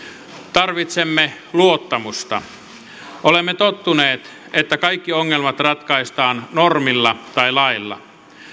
tarvitsemme luottamusta olemme tottuneet että kaikki ongelmat ratkaistaan normilla tai lailla